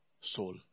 soul